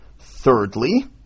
thirdly